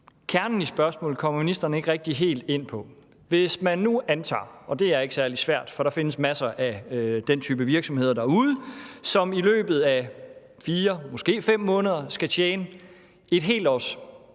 kernen i spørgsmålet kommer ministeren ikke rigtig helt ind på. Lad os nu antage, at der findes en virksomhed – og det er ikke særlig svært, for der findes masser af den type virksomheder derude – som i løbet af 4 måske 5 måneder skal tjene et helt års